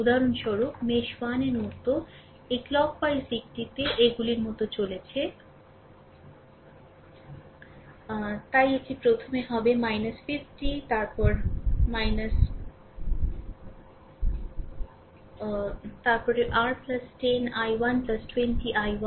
উদাহরণস্বরূপ মেশ 1 এর মতো এই ঘড়ির কাঁটার দিকটি এগুলির মতো চলেছে তাই এটি প্রথমে হবে 50 তারপরে r 10 i1 20 i1